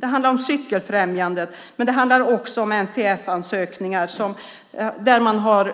Det handlar om Cykelfrämjandet, men det handlar också om NTF-ansökningar där man har